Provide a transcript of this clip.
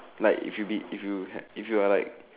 like if you be if you had if you're like